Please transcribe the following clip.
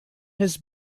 his